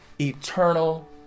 eternal